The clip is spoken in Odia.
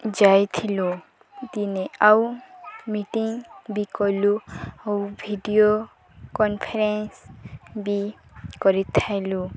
ଯାଇଥିଲୁ ଦିନେ ଆଉ ମିଟିଂ ବି କଲୁ ଆଉ ଭିଡ଼ିଓ କନ୍ଫରେନ୍ସ୍ ବି କରିଥିଲୁ